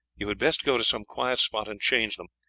you had best go to some quiet spot and change them.